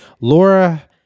Laura